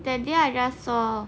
that day I just saw